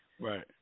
Right